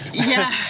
yeah.